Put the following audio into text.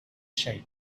shape